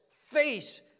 face